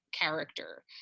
character